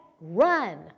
run